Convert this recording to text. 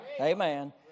Amen